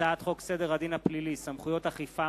הצעת חוק סדר הדין הפלילי (סמכויות אכיפה,